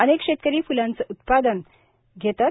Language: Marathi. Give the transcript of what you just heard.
अनेक शेतकरी फ्लांचे उत्पादन घेतात